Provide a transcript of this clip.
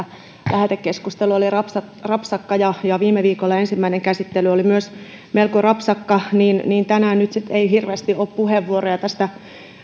lähetekeskustelu oli rapsakka ja ja viime viikolla ensimmäinen käsittely oli myös melko rapsakka tänään nyt sitten ei hirveästi ole puheenvuoroja tästä